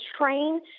train